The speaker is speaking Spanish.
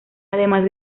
además